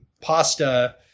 pasta